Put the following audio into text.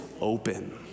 open